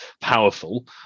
powerful